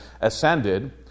ascended